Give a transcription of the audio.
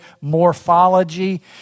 morphology